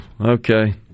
okay